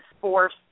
force